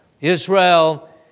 Israel